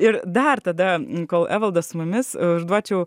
ir dar tada kol evaldas su mumis užduočiau